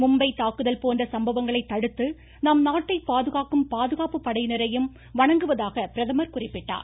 மும்பை தீவிரவாத தாக்கதல் போன்ற சம்பவங்களை தடுத்து நம் நாட்டை பாதுகாக்கும் பாதுகாப்பு படையினரையும் வணங்குவதாக பிரதம் குறிப்பிட்டார்